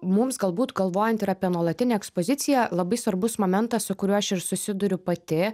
mums galbūt galvojant ir apie nuolatinę ekspoziciją labai svarbus momentas su kuriuo aš ir susiduriu pati